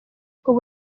ubu